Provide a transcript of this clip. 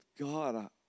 God